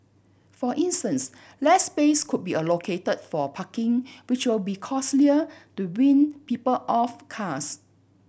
for instance less space could be allocated for parking which will be costlier to wean people off cars